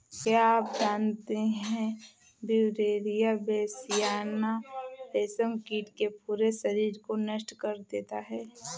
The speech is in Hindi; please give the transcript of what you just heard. क्या आप जानते है ब्यूवेरिया बेसियाना, रेशम कीट के पूरे शरीर को नष्ट कर देता है